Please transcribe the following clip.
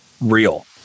real